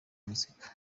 muzika